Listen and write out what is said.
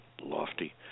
lofty